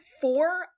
four